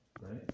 Right